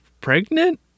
pregnant